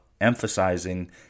emphasizing